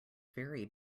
very